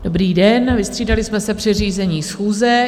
Dobrý den, vystřídali jsme se při řízení schůze.